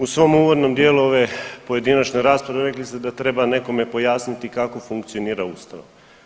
U svom uvodnom dijelu ove pojedinačne rasprave rekli ste da treba nekome pojasniti kako funkcionira Ustav.